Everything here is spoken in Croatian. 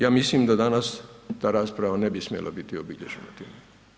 Ja mislim da danas ta rasprava ne bi smjela biti obilježena time.